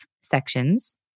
sections